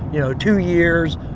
you know, two years.